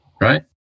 Right